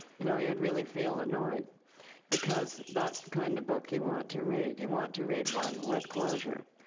you know, you'd really feel annoyed because that's the kind of book you want to read. you want to read one with closure,